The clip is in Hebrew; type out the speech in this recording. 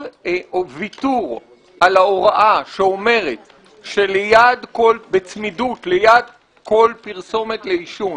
כל ויתור על ההוראה שאומרת שבצמידות ליד כל פרסומת לעישון